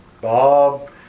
bob